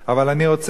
אבל אני רוצה,